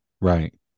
Right